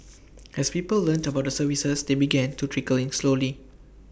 as people learnt about the services they began to trickle in slowly